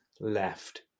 left